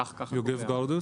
יוגב גרדוס.